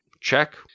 check